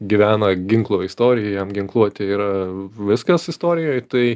gyvena ginklų istorija jam ginkluotė yra viskas istorijoj tai